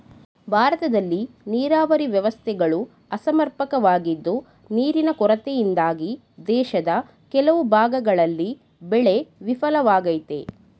ಭಾರತದಲ್ಲಿ ನೀರಾವರಿ ವ್ಯವಸ್ಥೆಗಳು ಅಸಮರ್ಪಕವಾಗಿದ್ದು ನೀರಿನ ಕೊರತೆಯಿಂದಾಗಿ ದೇಶದ ಕೆಲವು ಭಾಗಗಳಲ್ಲಿ ಬೆಳೆ ವಿಫಲವಾಗಯ್ತೆ